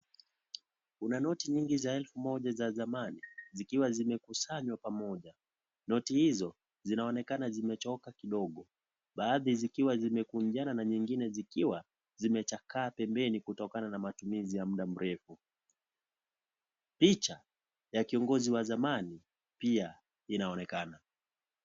Kuna noti nyingi za elfu moja ya zamani zikiwa zimekusanywa pamoja, noti hizo zinaonekana zimechoka kidogo ,baadhi zikiwa zimekunjana na nyingine zikiwa zimechakaa pembeni kutokana na matumizi ya mda mrefu , picha ya kiongozi wa zamani pia inaonekana.